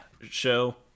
show